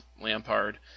Lampard